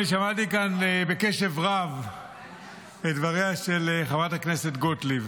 אני שמעתי כאן בקשב רב את דבריה של חברת הכנסת גוטליב.